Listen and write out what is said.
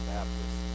Baptist